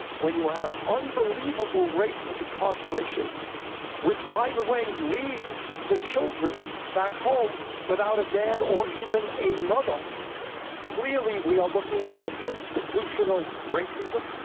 when you have unbelievable rates of incarceration which, by the way, leaves the children back home without a dad or even a mother clearly, we are looking at institutional racism.